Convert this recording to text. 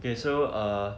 okay so err